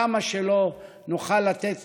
כמה שלא נוכל לתת